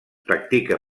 practica